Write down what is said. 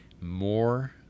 more